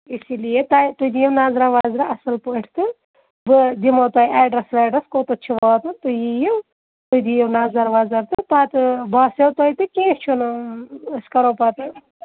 اسی لیے تۄہہِ تُہۍ دِیِو نظرا وَظرا اَصٕل پٲٹھۍ تہٕ بہٕ دِمو تۄہہِ ایٚڈرَس ویٚڈرَس کوٚتتھ چھُ واتُن تُہۍ یِیِو تُہۍ دِیِو نَظر وَظر تہٕ پَتہٕ باسیٚو تۄہہِ تہٕ کیٚنٛہہ چھُنہٕ أسۍ کَرو پَتہٕ